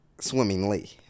swimmingly